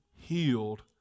healed